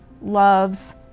loves